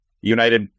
United